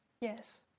Yes